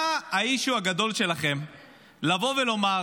מה ה-issue הגדול שלכם לבוא ולומר: